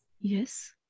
Yes